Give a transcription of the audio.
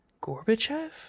Gorbachev